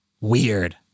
Weird